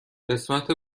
قسمت